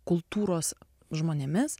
kultūros žmonėmis